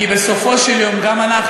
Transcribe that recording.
כי בסופו של יום גם אנחנו,